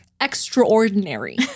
extraordinary